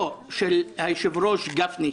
אז יש לכם את סדר היום לפניכם.